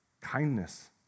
kindness